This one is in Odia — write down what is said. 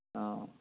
ହଁ